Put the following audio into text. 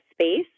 space